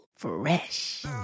fresh